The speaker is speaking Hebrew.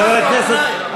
חברי הכנסת,